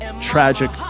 tragic